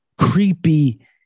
creepy